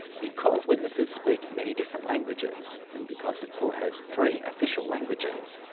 because witnesses speak many different languages and because the court has three official languages,